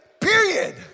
Period